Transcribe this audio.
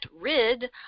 rid